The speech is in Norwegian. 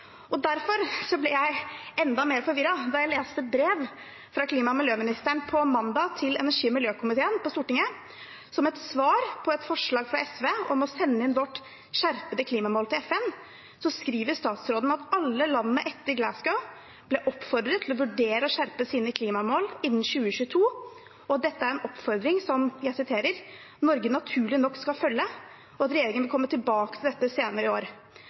Derfor ble jeg enda mer forvirret da jeg mandag leste et brev fra klima- og miljøministeren til energi- og miljøkomiteen på Stortinget. Som et svar på et forslag fra SV om å sende inn vårt skjerpede klimamål til FN, skriver statsråden at alle landene etter Glasgow ble oppfordret til å vurdere å skjerpe sine klimamål innen 2022, dette er en oppfordring som Norge naturlig nok skal følge, og at regjeringen kommer tilbake til dette senere i år.